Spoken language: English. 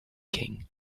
king